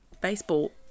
baseball